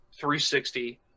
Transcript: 360